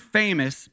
famous